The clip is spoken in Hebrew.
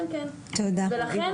שלום לכולם,